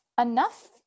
enough